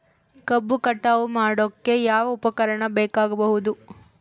ಕಬ್ಬು ಕಟಾವು ಮಾಡೋಕೆ ಯಾವ ಉಪಕರಣ ಬೇಕಾಗಬಹುದು?